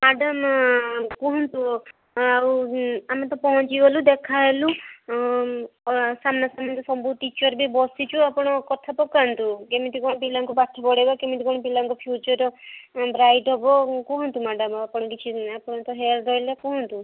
madam କୁହନ୍ତୁ ଆଉ ଆମେ ତ ପହଞ୍ଚିଗଲୁ ଦେଖାହେଲୁ ଉଁ ଆ ସାମ୍ନାସାମ୍ନି ତ ସବୁ ଟିଚର୍ବି ବସିଛୁ ଆପଣ କଥାପକାନ୍ତୁ କେମିତି କଣ ପିଲାଙ୍କୁ ପାଠ ପଢ଼େଇବେ କେମିତି କଣ ପିଲାଙ୍କ ଫିଉଚର୍ ବ୍ରାଇଟ୍ ହେବ କୁହନ୍ତୁ ମ୍ୟାଡ଼ାମ୍ ଆପଣ କିଛି ବି ଆପଣ ତ ହେଡ଼୍ ରହିଲେ କୁହନ୍ତୁ